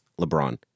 LeBron